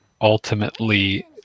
ultimately